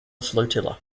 flotilla